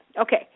Okay